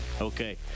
Okay